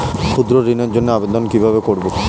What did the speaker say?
ক্ষুদ্র ঋণের জন্য আবেদন কিভাবে করব?